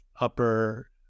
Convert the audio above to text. upper